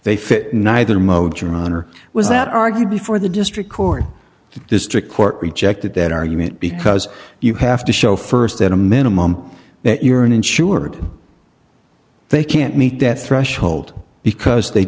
they fit neither mode john or was that argued before the district court the district court rejected that argument because you have to show st at a minimum that you're an insured they can't meet that threshold because they